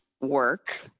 work